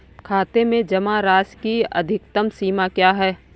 खाते में जमा राशि की अधिकतम सीमा क्या है?